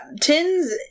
Tin's